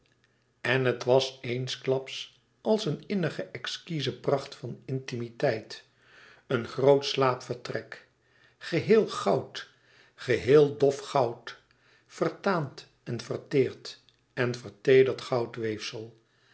en het was eensklaps als een innige exquize pracht van intimiteit een groot slaapvertrek geheel goud geheel dof goud vertaand en verteerd en verteederd